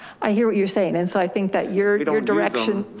i hear what you're saying. and so i think that your you know direction,